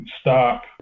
stop